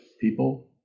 people